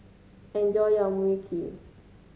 enjoy your Mui Kee